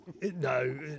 No